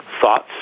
thoughts